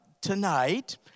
tonight